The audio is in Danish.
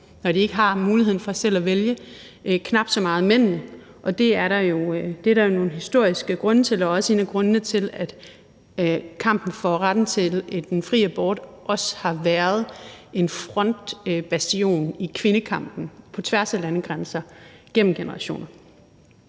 når de ikke har muligheden for selv at vælge; det gælder knap så meget mændene. Det er der jo nogle historiske grunde til, og det er også en af grundene til, at kampen for retten til fri abort også har været en frontbastion i kvindekampen på tværs af landegrænser igennem generationer.